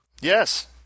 Yes